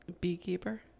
beekeeper